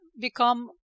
become